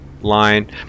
line